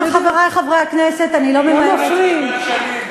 חברי חברי הכנסת, אני לא ממהרת, לא מפריעים.